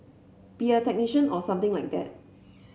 be a technician or something like that